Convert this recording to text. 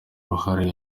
uruhare